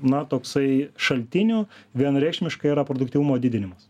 na toksai šaltinių vienareikšmiškai yra produktyvumo didinimas